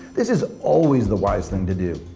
this is always the wise thing to do,